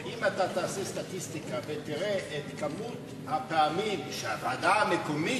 אם תעשה סטטיסטיקה ותראה את מספר הפעמים שהוועדה המקומית,